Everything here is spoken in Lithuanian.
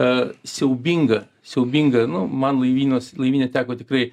a siaubinga siaubinga nu man laivyno laivyne teko tikrai